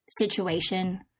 situation